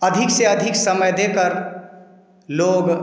अधिक से अधिक समय देकर लोग